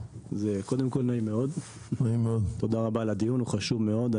תודה רבה על הדיון שהוא חשוב מאוד.